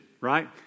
right